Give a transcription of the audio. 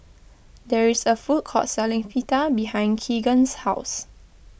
there is a food court selling Pita behind Keagan's house